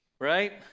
right